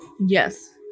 Yes